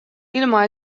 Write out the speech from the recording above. ilma